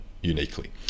uniquely